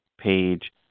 page